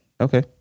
Okay